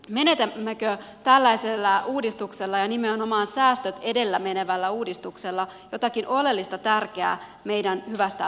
menetämmekö tällaisella uudistuksella ja nimenomaan säästöt edellä menevällä uudistuksella jotakin oleellista tärkeää meidän hyvästä vankeinhoidostamme